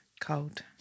cold